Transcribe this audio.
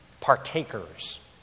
partakers